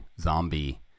zombie